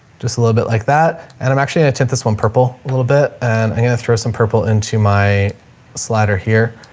just a little bit like that. and i'm actually in a tent, this one purple a little bit and i'm gonna throw some purple into my slider here.